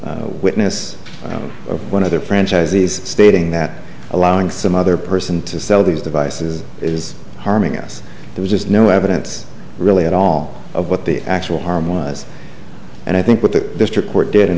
single witness or one other franchisees stating that allowing some other person to sell these devices is harming us there's just no evidence really at all of what the actual harm was and i think what the district court did and